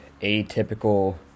atypical